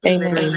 Amen